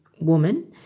woman